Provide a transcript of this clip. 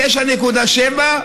9.7,